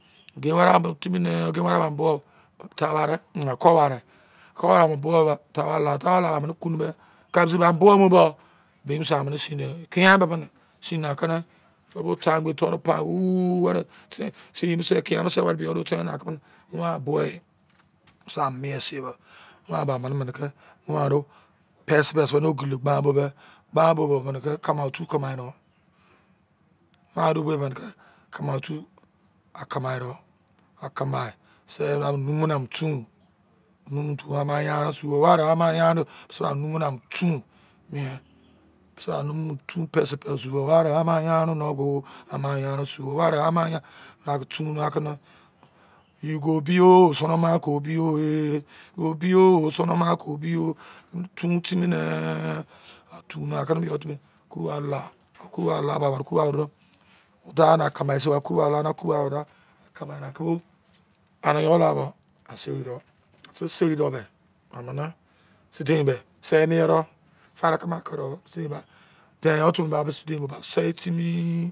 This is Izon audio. Gein-wave a mu timi ne, geinware a mọ bụọ bọ, taware, mh akọware. Akọwar e amọ bụo bọ tạware la dọ. Amini kunu be. Tabiree amọ bụọ bu bọ iye mose a mo mie do. Ekiaan bịbị nị sin na. Kịnị yo bọ tangbei toru pua, wooḷ ser bose, ekidan bosẹ weri biyọ du̱o te̱i waki buanbọei. Bịsị bra a momie sin bo. Wani bẹ amini mini kị wan dụọ pẹsị-peri mịnị ogele gban bo do. Wan duọ pesi pesi gban bo bo mini kamai-otu kamai do, akamai, a kamai, nurmu mini tem osuoware ama yanre douro. Igo biyo sonoma kobio eh. Tun timi ne kuruware la. Aniyo la do.